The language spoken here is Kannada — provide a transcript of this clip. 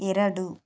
ಎರಡು